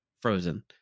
frozen